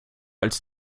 als